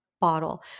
bottle